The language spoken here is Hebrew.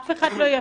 אף אחד לא יפליל.